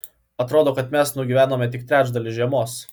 atrodo kad mes nugyvenome tik trečdalį žiemos